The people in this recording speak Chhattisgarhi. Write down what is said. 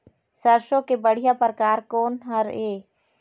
सरसों के बढ़िया परकार कोन हर ये?